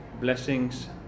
blessings